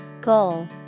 Goal